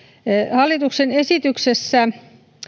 hallituksen esityksessä